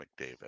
McDavid